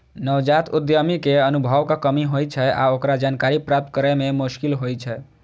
नवजात उद्यमी कें अनुभवक कमी होइ छै आ ओकरा जानकारी प्राप्त करै मे मोश्किल होइ छै